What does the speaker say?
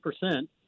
percent